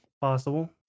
possible